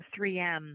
3M